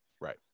Right